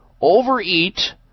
overeat